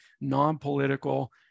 non-political